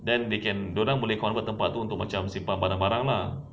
then they can dia orang boleh convert tempat itu untuk macam tempat simpan barang-barang lah